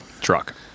truck